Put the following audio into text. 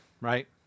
right